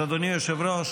אז אדוני היושב-ראש,